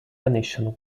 venetian